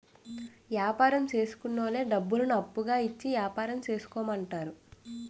యాపారం చేసుకున్నోళ్లకు డబ్బులను అప్పుగా ఇచ్చి యాపారం చేసుకోమంటారు